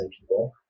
people